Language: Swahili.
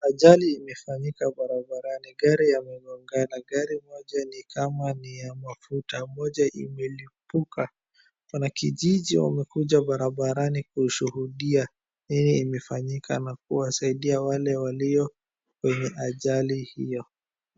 Ajali imefanyika barabarani. Gari yamegongana. Gari moja ni kama ni ya mafuta. Moja imelipuka. Wanakijiji wamekuja barabarani kushuhudia nini imefanyika, na kuwasaidia wale walio, kwenye ajali hio.